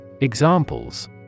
Examples